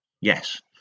Yes